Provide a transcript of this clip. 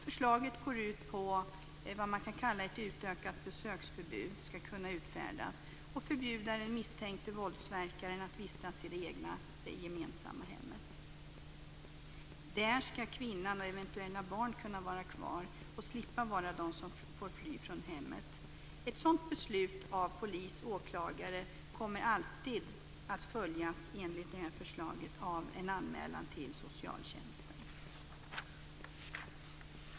Förslaget går ut på att vad man kan kalla ett utökat besöksförbud ska kunna utfärdas och att man ska förbjuda den misstänkte våldsverkaren att vistas i det egna, det gemensamma, hemmet. Där ska kvinnan och eventuella barn kunna vara kvar och slippa vara dem som får fly från hemmet. Ett sådant beslut av polis och åklagare kommer enligt det här förslaget alltid att följas av en anmälan till socialtjänsten.